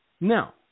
Now